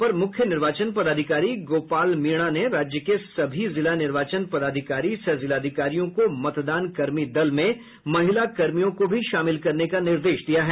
अपर मुख्य निर्वाचन पदाधिकारी गोपाल मीणा ने राज्य के सभी जिला निर्वाचन पदाधिकारी सह जिलाधिकारियों को मतदान कर्मी दल में महिला कर्मियों को भी शामिल करने का निर्देश दिया है